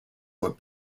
were